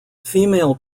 female